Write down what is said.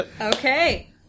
Okay